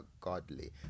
Godly